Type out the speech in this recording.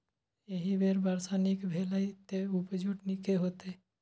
एहि बेर वर्षा नीक भेलैए, तें उपजो नीके हेतै